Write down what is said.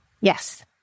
Yes